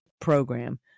program